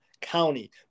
county